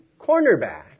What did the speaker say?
cornerback